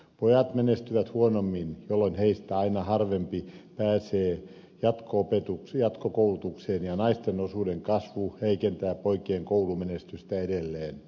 pojat menestyvät huonommin jolloin heistä aina harvempi pääsee jatkokoulutukseen ja naisten osuuden kasvu heikentää poikien koulumenestystä edelleen